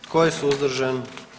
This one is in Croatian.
Tko je suzdržan?